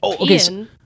Ian